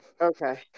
okay